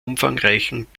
umfangreichen